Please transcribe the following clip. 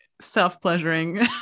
self-pleasuring